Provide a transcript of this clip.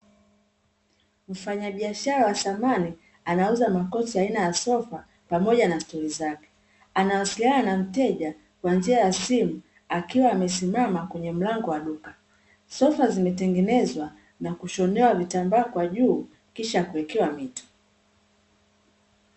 Mfanyabiashara wa samani anauza makochi aina ya sofa pamoja na stuli zake anawasiliana na mteja kwa njia ya simu akiwa amesimama kwenye mlango wa duka. Sofa zimetengenezwa na kushonewa vitambaa kwa juu kisha kuwekewa mito.